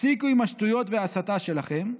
תפסיקו עם השטויות וההסתה שלכם.